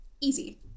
Easy